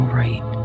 right